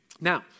Now